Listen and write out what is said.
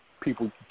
people